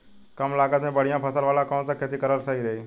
कमलागत मे बढ़िया फसल वाला कौन सा खेती करल सही रही?